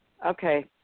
Okay